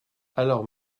alors